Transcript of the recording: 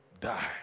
die